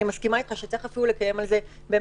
ואני מסכימה אתך שצריך יהיה לקיים על זה דיון.